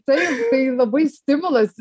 taip tai labai stimulas